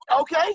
Okay